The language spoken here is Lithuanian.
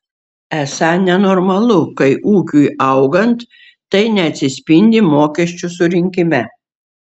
esą nenormalu kai ūkiui augant tai neatsispindi mokesčių surinkime